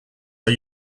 are